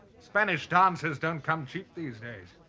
spanish dancers don't come cheap these days